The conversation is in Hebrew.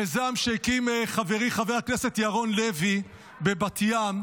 מיזם שהקים חברי חבר הכנסת ירון לוי בבת ים.